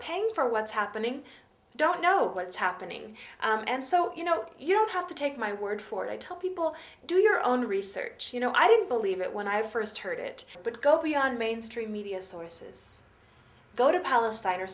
paying for what's happening don't know what's happening and so you know you don't have to take my word for it i tell people do your own research you know i don't believe it when i first heard it but go beyond mainstream media sources go to palestine or